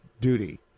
duty